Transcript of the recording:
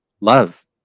love